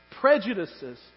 prejudices